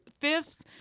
Fifths